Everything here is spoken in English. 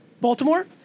Baltimore